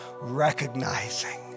recognizing